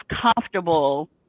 comfortable